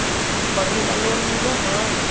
पढ़े ला लोन मिल है?